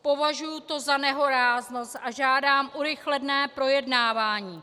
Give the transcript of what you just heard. Považuji to za nehoráznost a žádám urychlené projednávání.